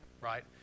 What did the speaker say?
Right